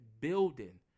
building